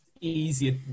easier